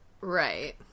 right